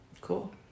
Cool